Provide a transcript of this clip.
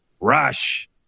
Rush